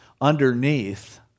underneath